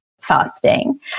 fasting